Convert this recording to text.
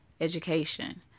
education